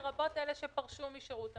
לרבות אלה שפרשו משירות המדינה.